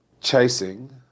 chasing